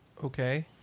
Okay